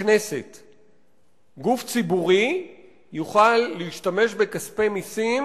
החוק, אגב, כולל שורה ארוכה של מנגנונים עקומים,